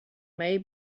may